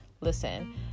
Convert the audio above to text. Listen